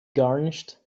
garnished